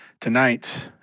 Tonight